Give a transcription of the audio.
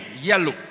yellow